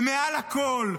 ומעל הכול,